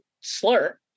slur